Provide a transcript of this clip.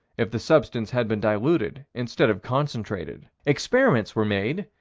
if the substance had been diluted instead of concentrated. experiments were made,